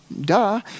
duh